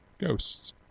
ghosts